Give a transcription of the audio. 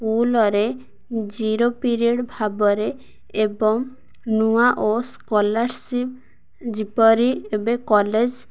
ସ୍କୁଲରେ zero period ଭାବରେ ଏବଂ ନୂଆ ଓ ସ୍କଲାର୍ସିପ୍ ଯେପରି ଏବେ କଲେଜ